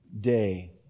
day